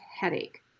headache